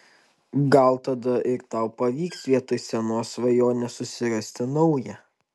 gal tada ir tau pavyks vietoj senos svajonės susirasti naują